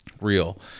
real